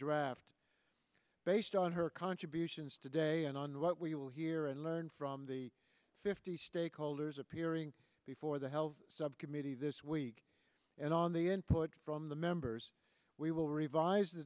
draft based on her contributions today and on what we will hear and learn from the fifty stakeholders appearing before the health subcommittee this week and on the input from the members we will revise the